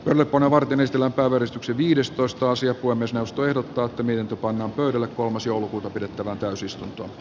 orpana martin eteläpää verestyksen viidestoista sija kuin myös nostoehdokkaat lintu pannaan pöydälle kolmas joulukuuta pidettävään täysistunto